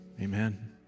Amen